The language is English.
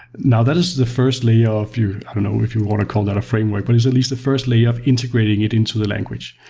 that is the first layer of your i don't know if you want to call that a framework, but it's at least the first layer of integrating it into the language.